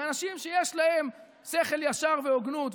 מאנשים שיש להם שכל ישר והוגנות.